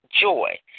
joy